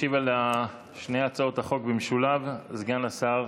ישיב על שתי הצעות החוק במשולב סגן השר